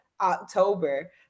October